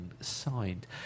signed